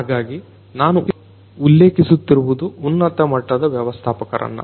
ಹಾಗಾಗಿ ನಾನು ಉಲ್ಲೇಖಿಸುತ್ತಿರುವುದು ಉನ್ನತ ಮಟ್ಟದ ವ್ಯವಸ್ಥಾಪಕರನ್ನು